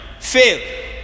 Fail